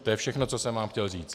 To je všechno, co jsem vám chtěl říct.